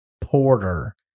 porter